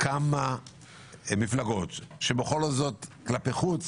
כמה מפלגות שבכל זאת כלפי חוץ